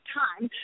time